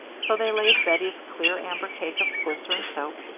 so they laid bettie's clear amber cake of glycerine soap,